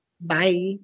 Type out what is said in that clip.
bye